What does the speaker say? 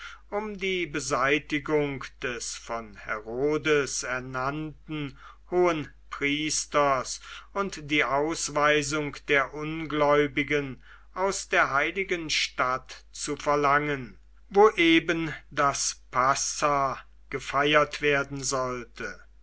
um die beseitigung des von herodes ernannten hohenpriesters und die ausweisung der ungläubigen aus der heiligen stadt zu verlangen wo eben das passah gefeiert werden sollte